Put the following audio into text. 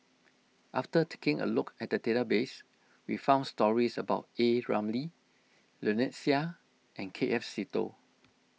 after taking a look at the database we found stories about A Ramli Lynnette Seah and K F Seetoh